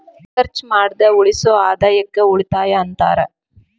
ಖರ್ಚ್ ಮಾಡ್ದ ಉಳಿಸೋ ಆದಾಯಕ್ಕ ಉಳಿತಾಯ ಅಂತಾರ